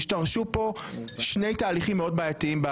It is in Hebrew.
בשבועות האחרונים השתרשו כאן שני תהליכים מאוד בעייתיים.